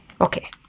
Okay